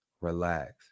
relax